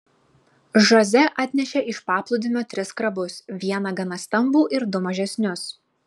žoze atnešė iš paplūdimio tris krabus vieną gana stambų ir du mažesnius